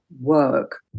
work